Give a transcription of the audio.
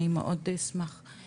אני מאוד אשמח, כן.